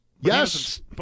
Yes